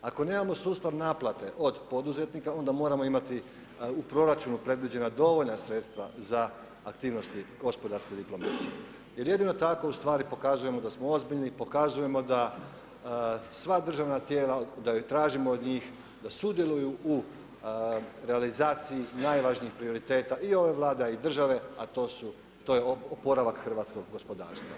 Ako nemamo sustav naplate od poduzetnika onda moramo imati u proračunu predviđena dovoljna sredstva za aktivnosti gospodarske diplomacije jer jedino tako pokazujemo da smo ozbiljni, pokazujemo da sva državna tijela, da ju tražimo od njih da sudjeluju u realizaciji najvažnijih prioriteta i ove Vlade, a i države, a to je oporavak hrvatskog gospodarstva.